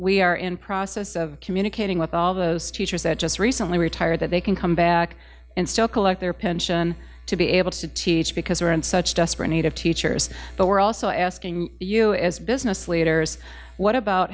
we are in process of communicating with all those teachers that just recently retired that they can come back and still collect their pension to be able to teach because they are in such desperate need of teachers but we're also asking you as business leaders what about